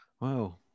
Wow